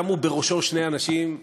שמו בראשו שני אנשים,